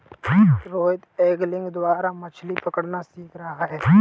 Rohit angling द्वारा मछ्ली पकड़ना सीख रहा है